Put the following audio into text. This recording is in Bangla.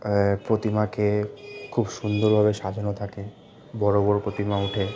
প্রতিমাকে খুব সুন্দরভাবে সাজানো থাকে বড়ো বড়ো প্রতিমা উঠে